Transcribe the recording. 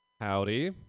Howdy